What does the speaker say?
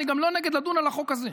אני גם לא נגד לדון על החוק הזה,